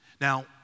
Now